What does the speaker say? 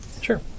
Sure